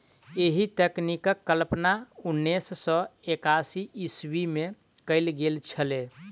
एहि तकनीकक कल्पना उन्नैस सौ एकासी ईस्वीमे कयल गेल छलै